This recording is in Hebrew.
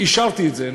אישרתי את זה,